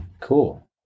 Cool